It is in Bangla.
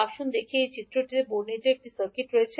আসুন দেখি যে চিত্রটিতে বর্ণিত একটি সার্কিট রয়েছে